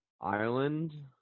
Ireland